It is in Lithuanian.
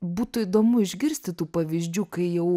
būtų įdomu išgirsti tų pavyzdžių kai jau